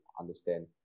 understand